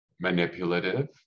manipulative